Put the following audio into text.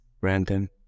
Random